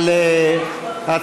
חברי הכנסת,